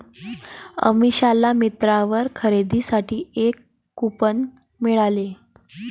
अमिषाला मिंत्रावर खरेदीसाठी एक कूपन मिळाले